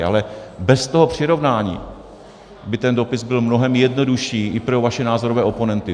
Ale bez toho přirovnání by ten dopis byl mnohem jednodušší i pro vaše názorové oponenty.